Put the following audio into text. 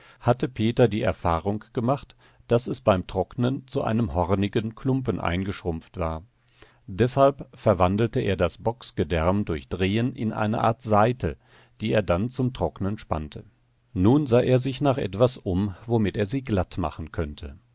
hatte peter die erfahrung gemacht daß es beim trocknen zu einem hornigen klumpen eingeschrumpft war deshalb verwandelte er das bocksgedärm durch drehen in eine art saite die er dann zum trocknen spannte nun sah er sich nach etwas um womit er sie glatt machen könnte